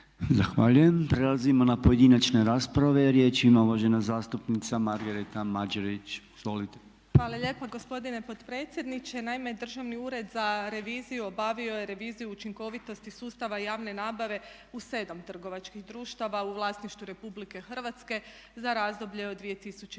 Zahvaljujem. Prelazimo na pojedinačne rasprave. Riječ ima uvažena zastupnica Margareta Mađerić, izvolite. **Mađerić, Margareta (HDZ)** Hvala lijepa gospodine potpredsjedniče. Naime, Državni ured za reviziju obavio je reviziju učinkovitosti sustava javne nabave u 7 trgovačkih društava u vlasništvu Republike Hrvatske za razdoblje od 2012.